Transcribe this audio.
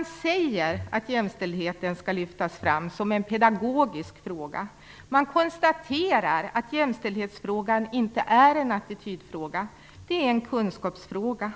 och säger att jämställdheten skall lyftas fram som en pedagogisk fråga. Man konstaterar att jämställdhetsfrågan inte är en attitydfråga - det är en kunskapsfråga.